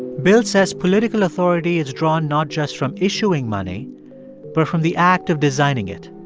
bill says political authority is drawn not just from issuing money but from the act of designing it.